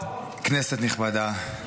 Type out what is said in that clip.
כנסת נכבדה,